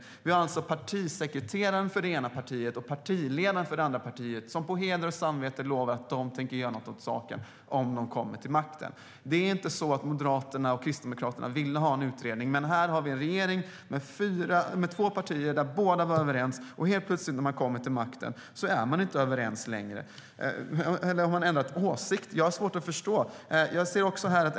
Det är alltså partisekreteraren för det ena partiet och partiledaren för det andra partiet som på heder och samvete lovar att de tänker göra något åt saken om de kommer till makten. Det är inte så att Moderaterna och Kristdemokraterna ville ha en utredning. Men här har vi en regering med två partier som båda var överens, och när man kommer till makten är man helt plötsligt inte överens längre. Har ni ändrat åsikt? Jag har svårt att förstå detta.